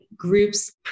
groups